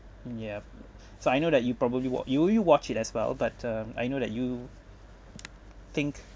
ya so I know that you probably won't you will you watch it as well but um I know that you think